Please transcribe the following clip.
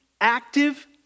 active